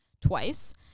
twice